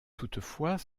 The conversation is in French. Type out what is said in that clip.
toutefois